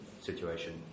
situation